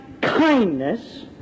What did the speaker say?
kindness